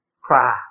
cry